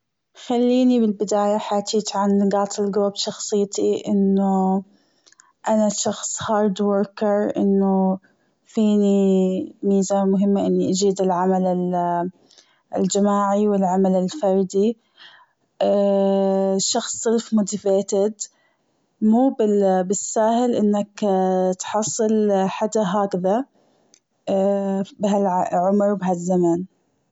خليني بالبداية حاجيك عن نجاط الجوة بشخصيتي أنه أنا شخص hard worker إنه فيني ميزة مهمة إني أجيد العمل ال- الجماعي والعمل الفردي شخص motivated مو بالساهل إنك تحصل حدا هكذا بها العمر وبها الزمن.